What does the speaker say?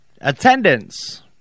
Attendance